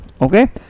okay